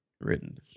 written